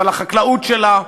אבל החקלאות שלה,